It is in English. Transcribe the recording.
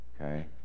Okay